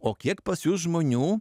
o kiek pas jus žmonių